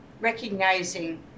recognizing